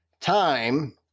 time